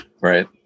right